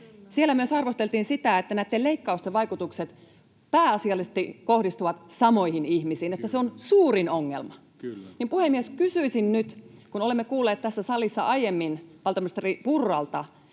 siellä myös arvosteltiin sitä, että näitten leikkausten vaikutukset pääasiallisesti kohdistuvat samoihin ihmisiin, että se on suurin ongelma, niin, puhemies, kysyisin nyt: kun olemme kuulleet tässä salissa aiemmin valtiovarainministeri Purralta,